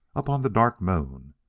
up on the dark moon.